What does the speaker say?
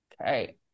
okay